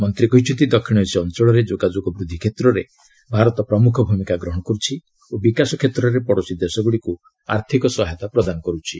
ମନ୍ତ୍ରୀ କହିଛନ୍ତି ଦକ୍ଷିଣ ଏସୀୟ ଅଞ୍ଚଳରେ ଯୋଗାଯୋଗ ବୃଦ୍ଧି କ୍ଷେତ୍ରରେ ଭାରତ ପ୍ରମୁଖ ଭୂମିକା ଗ୍ରହଣ କରୁଛି ଓ ବିକାଶ କ୍ଷେତ୍ରରେ ପଡ଼ୋଶୀ ଦେଶଗୁଡ଼ିକୁ ଆର୍ଥକ ସହାୟତା ପ୍ରଦାନ କରୁଛି